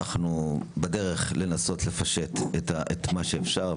אנחנו בדרך לנסות לפשט את מה שאפשר,